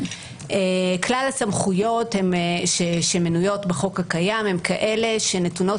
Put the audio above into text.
כלל הסמכויות שמנויות בחוק הקיים הן כאלה שנתונות